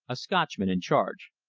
a scotchman in charge.